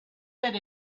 that